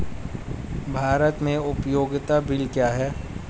भारत में उपयोगिता बिल क्या हैं?